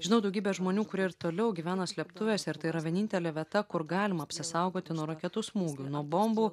žinau daugybę žmonių kurie ir toliau gyvena slėptuvėse ir tai yra vienintelė vieta kur galima apsisaugoti nuo raketų smūgių nuo bombų